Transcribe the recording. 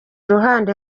ruhande